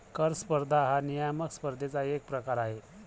कर स्पर्धा हा नियामक स्पर्धेचा एक प्रकार आहे